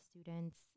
students